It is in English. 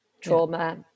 trauma